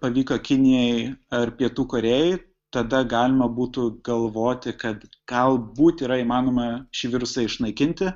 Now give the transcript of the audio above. pavyko kinijai ar pietų korėjai tada galima būtų galvoti kad galbūt yra įmanoma šį virusą išnaikinti